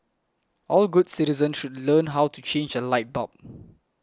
all good citizens should learn how to change a light bulb